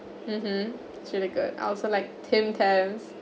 mmhmm it's really good I also like tim tam